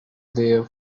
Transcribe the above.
their